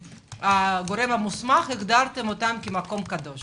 כגורם מוסמך, שהגדרתם אותם כמקום קדוש.